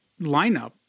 lineup